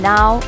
Now